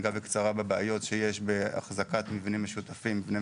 ואחרי זה ניגע בקצרה בבעיות שיש באחזקת מבני מגורים משותפים.